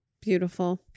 Beautiful